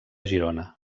girona